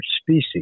species